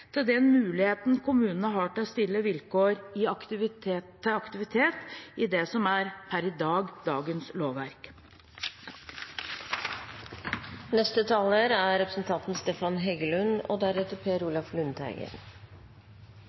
til den muligheten kommunene har til å stille vilkår om aktivitet i det som er